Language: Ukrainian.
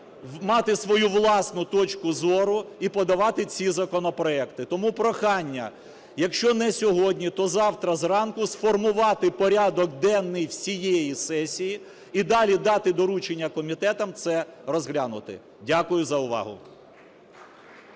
мати свою власну точку зору і подавати ці законопроекти. Тому прохання: якщо не сьогодні, то завтра зранку сформувати порядок денний всієї сесії і далі дати доручення комітетам це розглянути. Дякую за увагу.